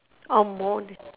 or more than